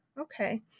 Okay